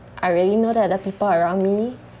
I really know that the people around me